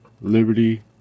Liberty